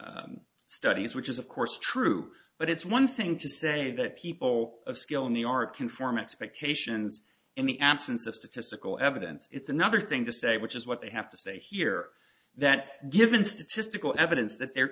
robust studies which is of course true but it's one thing to say that people of skill in the art can form expectations in the absence of statistical evidence it's another thing to say which is what they have to say here that given statistical evidence that there